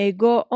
Ego